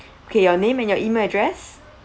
okay your name and your email address